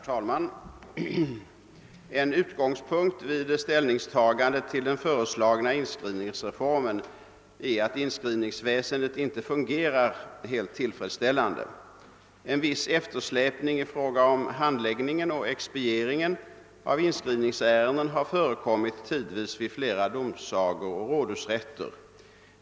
Herr talman! En utgångspunkt vid ställningstagandet till den föreslagna inskrivningsreformen är att inskrivningsväsendet inte fungerar helt tillfredsställande. En viss eftersläpning i fråga om handläggningen och expedieringen av inskrivningsärenden har tidvis förekommit vid flera domsagor och rådhusrätter.